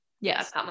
yes